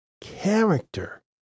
character